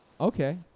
Okay